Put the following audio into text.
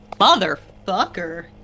motherfucker